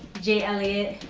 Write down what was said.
jay ellyiot.